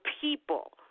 people